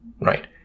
right